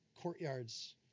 courtyards